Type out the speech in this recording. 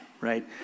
right